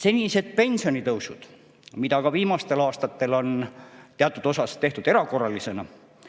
Senised pensionitõusud, mida viimastel aastatel on teatud määral tehtud ka erakorralisena, on